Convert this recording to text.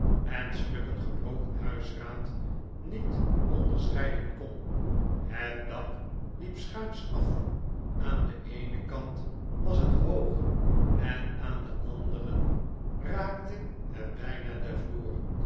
en stukken gebroken huisraad niet onderscheiden kon het dak liep schuins af aan den eenen kant was het hoog en aan den anderen raakte het bijna den vloer